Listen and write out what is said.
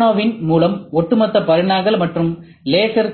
கால்வோவின் மூலம் ஒட்டுமொத்த பரிமாணங்கள் மற்றும் லேசர்